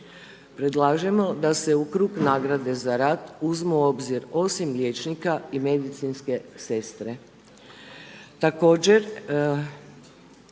Predlažemo da se …/Govornik se ne razumije./… za rad uzmu u obzir osim liječnika i medicinske sestre.